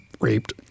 raped